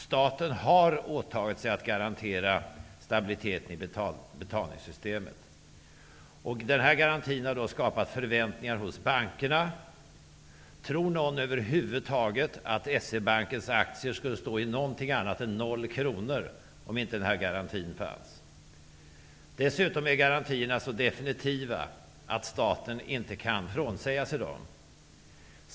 Staten har åtagit sig att garantera stabiliteten i betalningssystemet. Den garantin har skapat förväntningar hos bankerna. Tror någon att S-E Bankens aktier skulle stå i någonting annat än noll kronor, om inte garantin fanns? Dessutom är garantierna så definitiva att staten inte kan frånsäga sig dem.